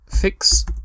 Fix